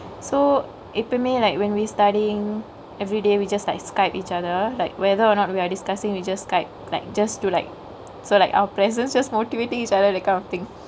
so எப்பயுமே:yeppayume like when we studyingk everyday we just like Skype each other like whether or not we are discussingk we just Skype like just to like so like our presence just motivatingk each other that kind of thingk